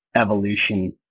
evolution